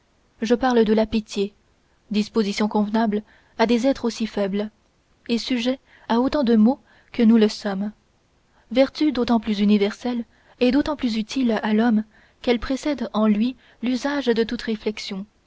je parle de la pitié disposition convenable à des êtres aussi faibles et sujets à autant de maux que nous le sommes vertu d'autant plus universelle et d'autant plus utile à l'homme qu'elle précède en lui l'usage de toute réflexion